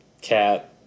cat